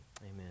amen